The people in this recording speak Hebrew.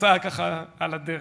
יצא ככה, על הדרך.